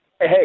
Hey